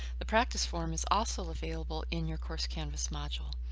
the practice form is also available in your course canvas module.